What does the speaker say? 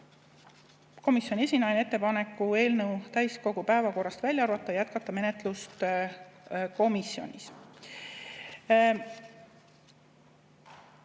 komisjoni esinaine ettepaneku eelnõu täiskogu päevakorrast välja arvata ja jätkata menetlust komisjonis.